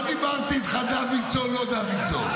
לא דיברתי איתך על דוידסון או לא דוידסון.